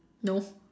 no